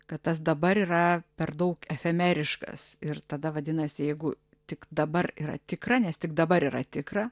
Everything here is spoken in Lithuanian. kad tas dabar yra per daug efemeriškas ir tada vadinasi jeigu tik dabar yra tikra nes tik dabar yra tikra